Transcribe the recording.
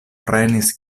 prenis